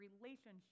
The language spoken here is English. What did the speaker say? relationship